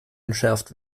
entschärft